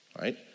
Right